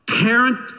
parent